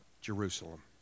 Jerusalem